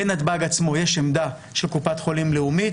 בנתב"ג עצמו יש עמדה של קופת חולים לאומית.